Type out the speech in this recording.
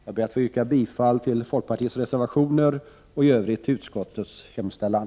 Jag ber att få yrka bifall till folkpartiets reservationer och i Övrigt till utskottets hemställan.